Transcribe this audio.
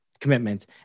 commitments